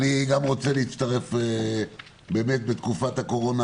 אני גם רוצה להצטרף בהכרת הטוב על